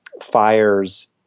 fires –